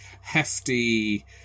hefty